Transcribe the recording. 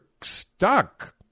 stuck